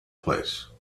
place